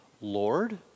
Lord